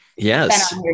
Yes